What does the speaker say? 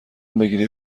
بگیری